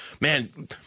Man